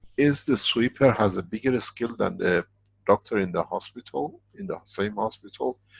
is the sweeper has a bigger skill than the doctor in the hospital, in the same hospital?